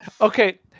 Okay